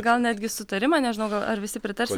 gal netgi sutarimą nežinau gal ar visi pritars